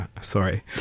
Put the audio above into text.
sorry